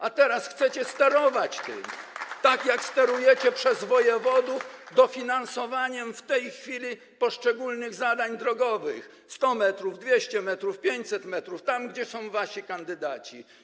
A teraz chcecie sterować tym, tak jak sterujecie przez wojewodów dofinansowaniem w tej chwili poszczególnych zadań drogowych: 100 m, 200 m, 500 m - tam, gdzie są wasi kandydaci.